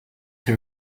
her